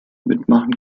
mitmachen